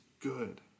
good